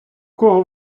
кого